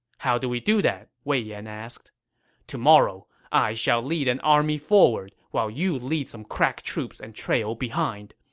how do we do that? wei yan asked tomorrow, i shall lead an army forward, while you lead some crack troops and trail behind.